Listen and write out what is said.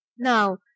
Now